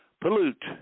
pollute